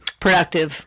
productive